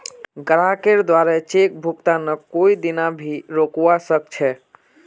ग्राहकेर द्वारे चेक भुगतानक कोई दीना भी रोकवा सख छ